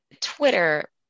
Twitter